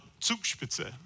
Zugspitze